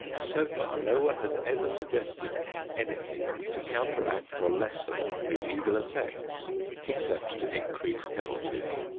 so far no one has ever suggested anything to counteract or lessen the evil effects except to increase penalties.